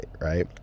right